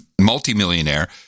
multimillionaire